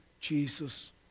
Jesus